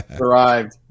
Arrived